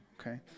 Okay